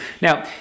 Now